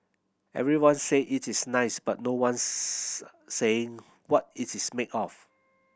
everyone say it is nice but no one's saying what it is made of